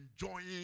enjoying